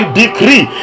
decree